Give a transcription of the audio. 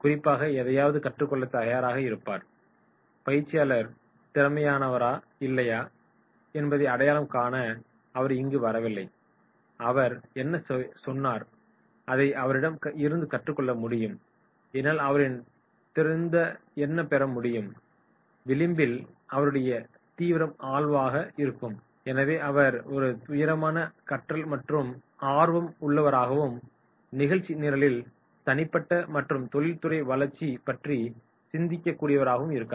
குறிப்பாக எதையாவது கற்றுக்கொள்ள தயாராக இருப்பார் பயிற்சியாளர் திறமையானவரா இல்லையா என்பதை அடையாளம் காண அவர் இங்கு வரவில்லை அவர் என்ன சொன்னார் எதைப் அவரிடம் இருந்து கற்றுக்கொள்ள முடியும் என்னால் அவரிடம் இருந்து என்ன பெற முடியும் என்பதில் அவருடைய தீவிர ஆர்வம் இருக்கும் எனவே அவர் ஒரு தீவிரமான கற்றல் ஆர்வம் உள்ளவராகவும் நிகழ்ச்சி நிரலில் தனிப்பட்ட மற்றும் தொழில்முறை வளர்ச்சி பற்றி சிந்திக்க கூடியவராகவும் இருக்கலாம்